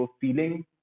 feeling